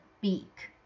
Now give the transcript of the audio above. beak